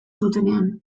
zutenean